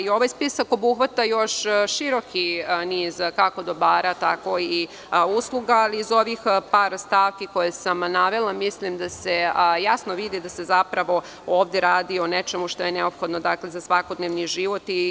Ovaj spisak obuhvata još široki niz kako dobara tako i usluga, ali iz ovih par stavki koje sam navela, mislim da se jasno vidi da se zapravo ovde radi o nečemu što je neophodno za svakodnevni život.